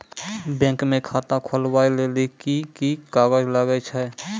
Bank म खाता खोलवाय लेली की की कागज लागै छै?